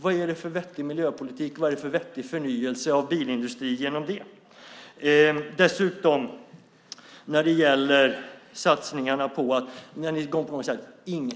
Vad är det för vettig miljöpolitik och förnyelse av bilindustrin med det? Ni säger att vi inte gör någonting. Men sluta!